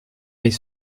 mets